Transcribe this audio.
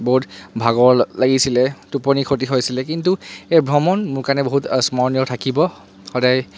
আৰু বহুত ভাগৰ লাগিছিলে টোপনি খতি হৈছিলে কিন্তু এই ভ্ৰমণ মোৰ কাৰণে বহুত স্মৰণীয় থাকিব সদায়